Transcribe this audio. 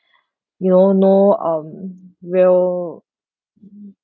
you know no um real